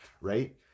right